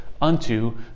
unto